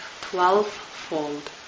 twelvefold